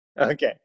okay